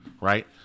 right